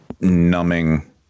numbing